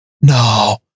No